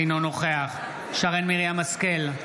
אינו נוכח שרן מרים השכל,